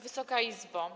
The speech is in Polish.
Wysoka Izbo!